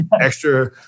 extra